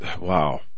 wow